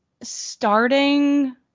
starting